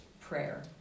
prayer